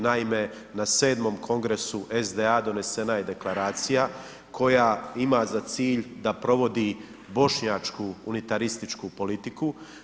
Naime, na 7. kongresu SDA donesena je Deklaracija koja ima za cilj da provodi bošnjačku unitarističku politiku.